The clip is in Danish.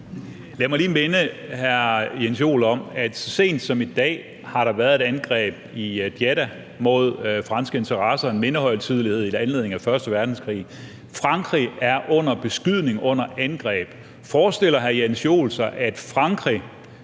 Lad mig lige minde hr. Jens Joel om, at der så sent som i dag har været et angreb i Jeddah mod franske interesser ved en mindehøjtidelighed til minde om første verdenskrig. Frankrig er under beskydning, under angreb. Forestiller hr. Jens Joel sig, at Frankrig